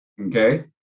okay